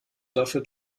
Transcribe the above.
dafür